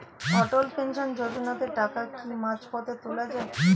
অটল pension যোজনাতে টাকা কি মাঝপথে তোলা যায়?